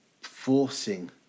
forcing